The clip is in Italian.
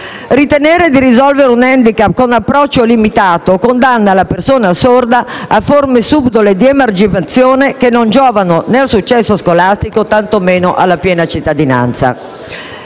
Ritenere di risolvere l'*handicap* con un approccio limitato condanna la persona sorda a forme subdole di emarginazione che non giovano al successo scolastico e tantomeno alla piena cittadinanza.